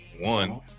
One